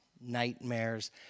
nightmares